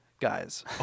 guys